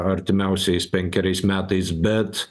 artimiausiais penkeriais metais bet